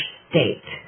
state